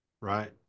Right